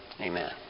Amen